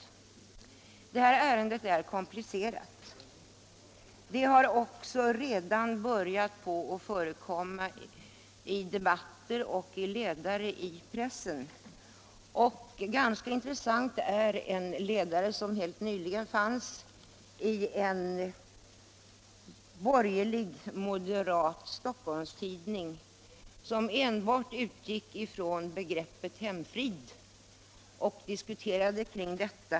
Detta ärende är komplicerat. Det har också redan börjat förekomma i debatter och i ledare i pressen. Ganska intressant är en ledare som helt nyligen fanns i en borgerlig, moderat Stockholmstidning, som enbart — Nr 43 utgick ifrån begreppet hemfrid och diskuterade kring detta.